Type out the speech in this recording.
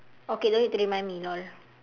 okay don't need to remind me lol